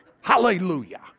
Hallelujah